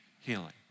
healing